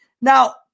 Now